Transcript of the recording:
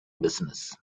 business